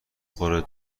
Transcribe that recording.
خوره